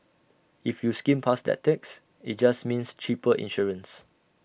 if you skimmed past that text IT just means cheaper insurance